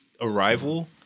Arrival